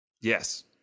yes